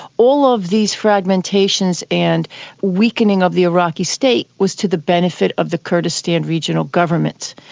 all of these fragmentations and weakening of the iraqi state was to the benefit of the kurdistan regional government.